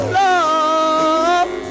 love